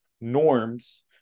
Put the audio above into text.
norms